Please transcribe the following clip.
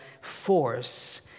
force